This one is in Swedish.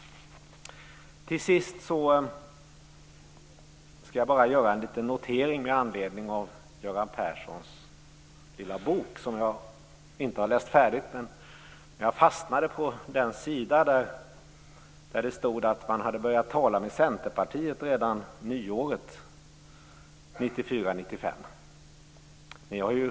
Till sist skall jag bara göra en liten notering med anledning av Göran Perssons lilla bok, som jag inte har läst färdigt än. Jag fastnade på den sida där det stod att man hade börjat tala med Centerpartiet redan nyåret 1994-1995.